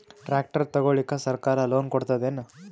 Tractor ತಗೊಳಿಕ ಸರ್ಕಾರ loan ಕೊಡತದೇನು?